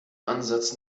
ansatz